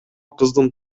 кыздын